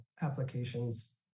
applications